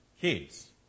kids